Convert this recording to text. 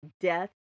death